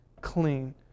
Clean